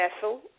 vessel